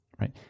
right